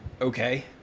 okay